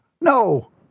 No